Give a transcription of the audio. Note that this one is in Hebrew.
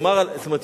זאת אומרת,